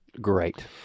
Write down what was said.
Great